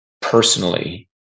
personally